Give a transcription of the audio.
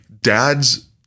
dads